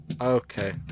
Okay